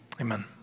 amen